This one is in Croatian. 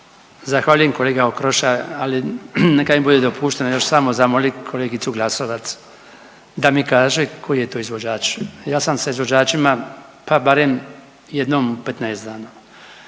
Zahvaljujem kolega Okroša. Ali, neka mi bude dopušteno još samo zamoliti kolegicu Glasovac da mi kaže koji je to izvođač? Ja sam sa izvođačima pa barem jednom u 15 dana